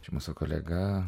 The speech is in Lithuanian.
mūsų kolega